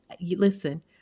listen